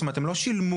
הם לא שילמו.